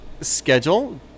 schedule